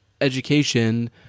education